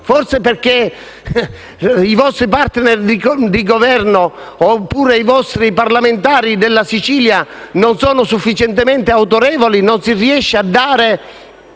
Forse, poiché i vostri *partner* di Governo oppure i vostri parlamentari della Sicilia non sono sufficientemente autorevoli, non si riesce a dare